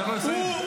אתה מחזיק אותו פה.